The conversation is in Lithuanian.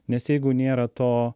nes jeigu nėra to